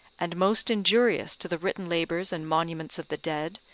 and most injurious to the written labours and monuments of the dead,